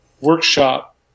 workshop